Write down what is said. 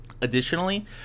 Additionally